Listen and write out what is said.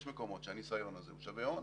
יש מקומות שהניסיון הזה שווה הון.